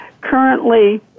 Currently